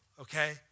okay